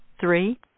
three